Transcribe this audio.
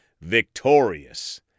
victorious